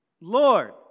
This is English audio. Lord